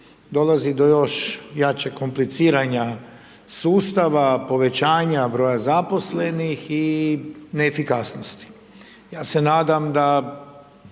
dolazi do još jačeg kompliciranja sustava, povećanja broja zaposlenih i neefikasnosti. Ja se nadam da